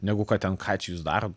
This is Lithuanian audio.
negu kad ten ką čia jūs darot